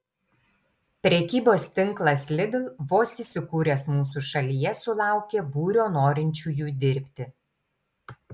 prekybos tinklas lidl vos įsikūręs mūsų šalyje sulaukė būrio norinčiųjų dirbti